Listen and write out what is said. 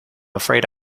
afraid